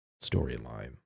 storyline